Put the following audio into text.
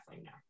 now